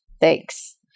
thanks